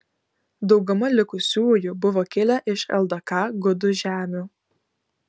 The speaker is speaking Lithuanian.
dauguma likusiųjų buvo kilę iš ldk gudų žemių